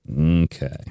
Okay